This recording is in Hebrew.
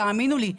תאמינו לי,